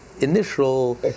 initial